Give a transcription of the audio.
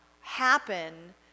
happen